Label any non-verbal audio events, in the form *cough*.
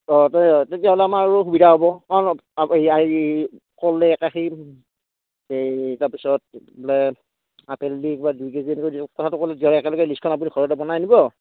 অঁ তেতিয়া হ'লে আমাৰ আৰু সুবিধা হ'ব কাৰণ অপ আপ এই আই কল এক আষি এই তাৰ পিছত বোলে আপেল দুই এক বা দুই কেজি *unintelligible* কথাটো ক'লে *unintelligible* একেলগে লিষ্টখন আপুনি ঘৰতে বনাই আনিব